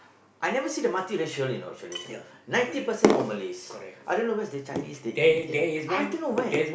I never see the multiracial you know actually ninety percent all Malays I don't know where's the Chinese the Indian I don't where